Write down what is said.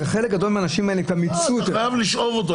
אתה חייב לשאוב אותו,